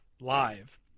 live